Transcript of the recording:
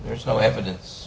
there's no evidence